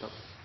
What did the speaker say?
som